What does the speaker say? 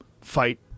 fight